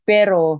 Pero